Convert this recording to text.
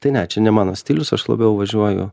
tai ne čia ne mano stilius aš labiau važiuoju